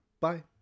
bye